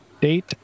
date